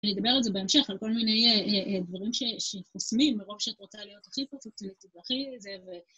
אני אדבר על זה בהמשך, על כל מיני אה אה... דברים ש, שחוסמים, מרוב שאת רוצה להיות הכי פרפקציוניסטית והכי זה, ו...